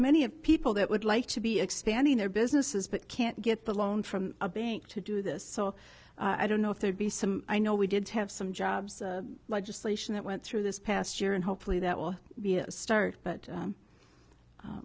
of people that would like to be expanding their businesses but can't get the loan from a bank to do this so i don't know if there'd be some i know we did have some jobs legislation that went through this past year and hopefully that will be a start but